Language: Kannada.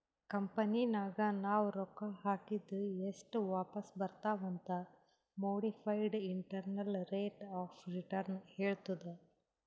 ಕಂಪನಿನಾಗ್ ನಾವ್ ರೊಕ್ಕಾ ಹಾಕಿದ್ ಎಸ್ಟ್ ವಾಪಿಸ್ ಬರ್ತಾವ್ ಅಂತ್ modified internal rate of return ಹೇಳ್ತುದ್